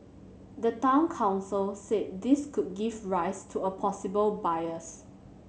the Town Council said this could give rise to a possible bias